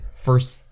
first